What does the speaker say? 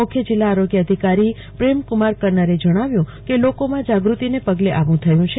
મુખ્ય જિલ્લ ા આરોગ્ય અધિકારી પ્રેમકુમાર કન્નરે જણાવ્યું કે લોકોમાં જાગૃતિને પગલે આવ થયું છે